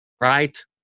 right